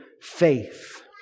faith